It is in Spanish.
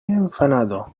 enfadado